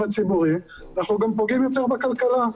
הציבורי אנחנו גם פוגעים יותר בכלכלה.